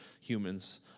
humans